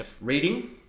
reading